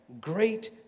great